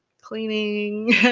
Cleaning